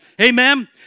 Amen